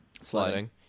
Sliding